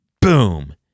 boom